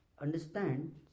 understand